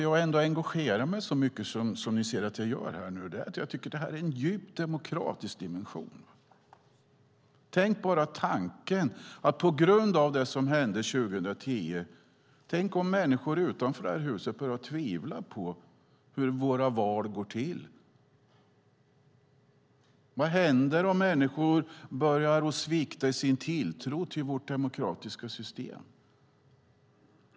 Att jag engagerar mig så mycket som jag gör nu för detta beror på att jag tycker att detta har en djupt demokratisk dimension. Tänk tanken att människor utanför det här huset börjar tvivla på att våra val går rätt till på grund av det som hände 2010! Vad händer om människor börjar svikta i sin tilltro till vårt demokratiska system?